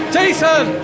Jason